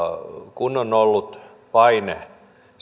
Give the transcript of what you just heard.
kun on ollut paine siihen